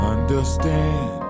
Understand